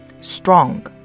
Strong